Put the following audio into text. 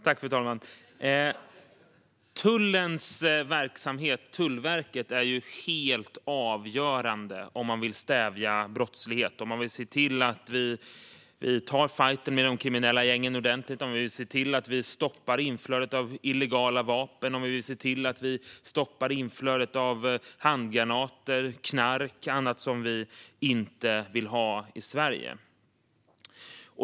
Tullverkets verksamhet är helt avgörande om vi vill stävja brottslighet, ta fajten med de kriminella gängen ordentligt och stoppa inflödet av illegala vapen, handgranater, knark och annat som vi inte vill ha i Sverige.